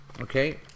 okay